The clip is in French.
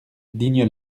digne